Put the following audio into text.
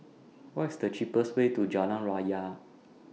What IS The cheapest Way to Jalan Raya